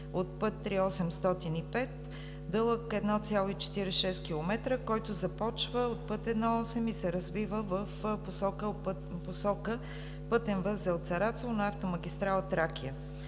от път III-805, дълъг 1,46 км, който започва от път I-8 и се развива в посока пътен възел Царацово на автомагистрала „Тракия“.